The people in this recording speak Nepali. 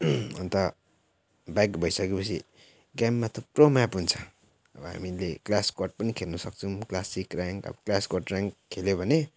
अन्त ब्याक भइसके पछि क्याम्पमा थुप्रो म्याप हुन्छ अब हामीले क्ल्यास स्क्वाड पनि खेल्नु सक्छौँ क्लासिक र्याङ्क अब क्ल्यास क्वाड र्याङ्क खेल्यो भने